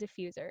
diffuser